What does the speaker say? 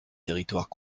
territoires